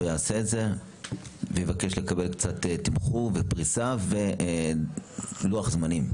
יעשה את זה ויבקש לקבל קצת תמחור ופריסה ולוח זמנים.